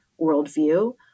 worldview